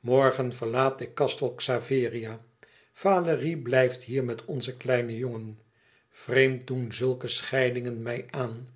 morgen verlaat ik castel xaveria valérie blijft hier met onzen kleinen jongen vreemd doen zulke scheidingen mij aan